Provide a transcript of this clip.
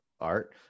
art